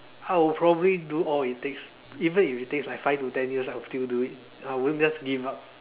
I'll probably do all it takes even if it takes like five or ten years I will still do it I wouldn't just give up